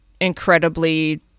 incredibly